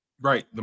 right